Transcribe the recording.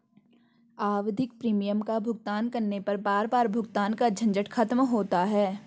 आवधिक प्रीमियम का भुगतान करने पर बार बार भुगतान का झंझट खत्म होता है